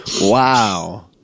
Wow